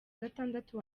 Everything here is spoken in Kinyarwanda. gatandatu